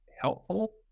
helpful